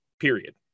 period